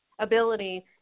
ability